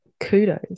kudos